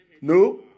No